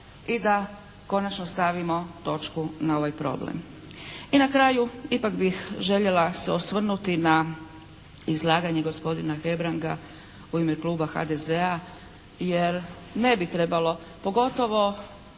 i da konačno stavimo točku na ovaj problem. I na kraju ipak bih željela se osvrnuti na izlaganje gospodina Hebranga u ime Kluba HDZ-a jer ne bi trebalo jer pogotovo